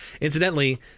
Incidentally